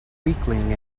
weakling